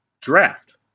draft